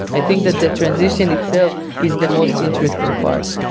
i think that the transition itself is the most interesting part.